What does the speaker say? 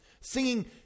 singing